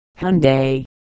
Hyundai